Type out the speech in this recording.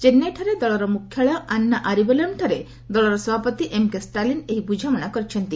ଚେନ୍ନାଇଠାରେ ଦଳର ମୁଖ୍ୟାଳୟ ଆନ୍ନା ଆରିବଲୟମ୍ଠାରେ ଦଳର ସଭାପତି ଏମ୍କେ ଷ୍ଟାଲିନ୍ ଏହି ବୁଝାମଣା କରିଛନ୍ତି